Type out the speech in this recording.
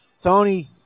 Tony